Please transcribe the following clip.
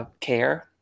care